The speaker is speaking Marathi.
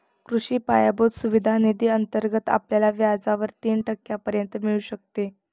कृषी पायाभूत सुविधा निधी अंतर्गत आपल्याला व्याजावर तीन टक्क्यांपर्यंत मिळू शकते